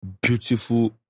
beautiful